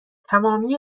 تمامی